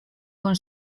con